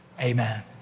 Amen